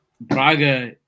Braga